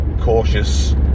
cautious